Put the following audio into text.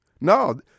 No